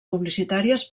publicitàries